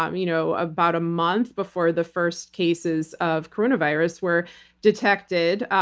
um you know about a month before the first cases of coronavirus were detected.